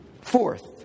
Fourth